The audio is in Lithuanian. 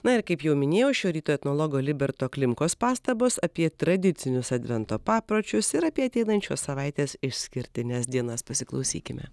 na ir kaip jau minėjau šio ryto etnologo liberto klimkos pastabos apie tradicinius advento papročius ir apie ateinančios savaitės išskirtines dienas pasiklausykime